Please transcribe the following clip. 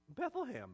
Bethlehem